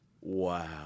Wow